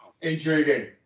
Intriguing